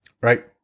right